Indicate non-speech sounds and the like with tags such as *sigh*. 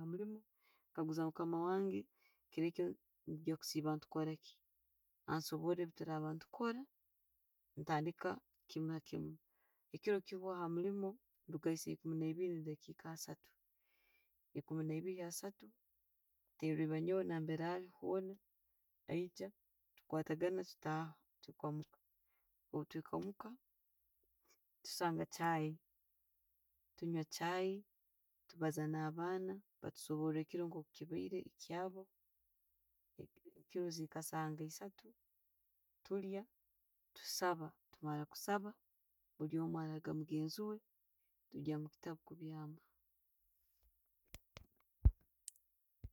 Hamuliimu, nkaguza mukama wange, kirekyo netwijja kusiiba netukoraki. Ansobora byeturabba ne tukora, ntandika kimu ha kimu. Ekiro kiwaho, amuliimu ndugayo ekuumi naibiiri, ne'dakiika asaatu. Ekuumi naibiri asaatu, enterera eiba nyoowe nambeli ali hoona aija tukwatagana, tutaaha kwika muka. Obwetwika muka, tusangs Chai, tunywa, tubbaza na'abaana nebatusobora ekiro nka bwekibaire kyabo. *unintelligible* ne ziika esaaha nka esaatu, tulya, tusaba, tumara kusaba, bulyomu araga mugenzi we, tuggya mukitabu kubyama.